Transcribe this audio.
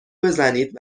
بزنید